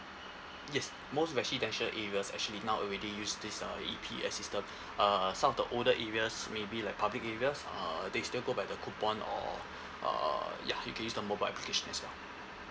yes most residential areas actually now already use this uh E_P_S system uh some of the older areas maybe like public areas uh they still go by the coupon or uh ya you can use the mobile application as well